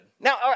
Now